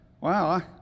wow